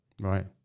right